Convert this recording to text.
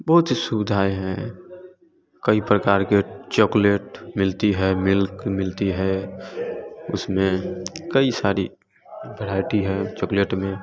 बहुत सुविधाएँ हैं कई प्रकार के चॉकलेट मिलती है मिल्क मिलती है उसमें कई सारी वैरायटी है चॉकलेट में